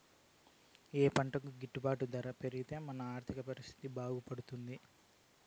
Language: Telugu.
ఏ పంటకు గిట్టు బాటు డబ్బులు పెరిగి మన ఆర్థిక పరిస్థితి బాగుపడుతుంది?